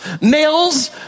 Males